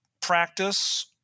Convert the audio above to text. practice